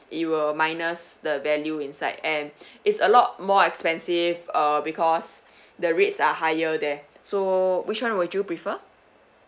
it will minus the value inside and it's a lot more expensive uh because the rates are higher there so which one would you prefer